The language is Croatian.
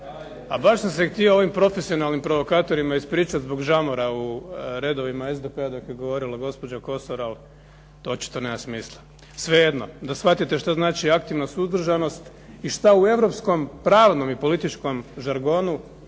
A baš sam se htio ovim profesionalnim provokatorima ispričati zbog žamora u redovima SDP-a dok je govorila gospođa Kosor, ali to očito nema smisla. Svejedno, da shvatite što znači aktivna suzdržanost i što u europskom pravnom i političkom žargonu